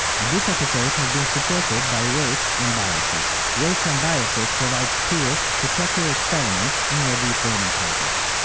this episode has been supported by weights and biases. weights and biases provides tools to track your experiments in your deep learning projects.